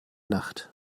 nacht